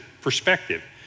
perspective